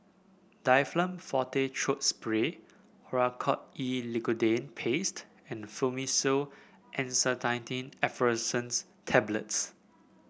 Difflam Forte Throat Spray Oracort E Lidocaine Paste and Fluimucil Acetylcysteine Effervescents Tablets